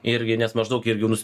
irgi nes maždaug irgi rus